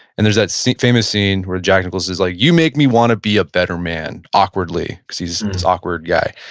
and there's that famous scene where jack nicholson's like, you make me want to be a better man, awkwardly, because he's this awkward guy